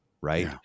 Right